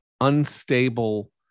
unstable